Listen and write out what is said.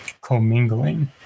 commingling